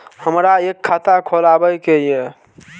हमरा एक खाता खोलाबई के ये?